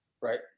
Right